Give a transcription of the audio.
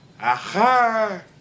Aha